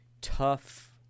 tough